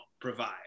provide